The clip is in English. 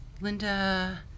Linda